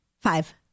Five